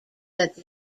that